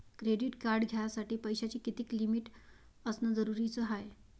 Credit card घ्यासाठी पैशाची कितीक लिमिट असनं जरुरीच हाय?